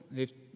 heeft